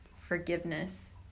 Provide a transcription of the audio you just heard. forgiveness